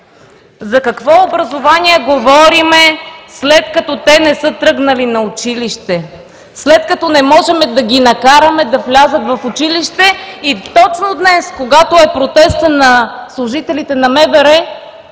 За какво образование говорим, след като те не са тръгнали на училище? След като не можем да ги накараме да влязат в училище и точно днес, когато е протестът на служителите на МВР,